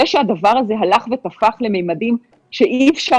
זה שהדבר הזה הלך ותפח לממדים שאי אפשר